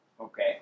Okay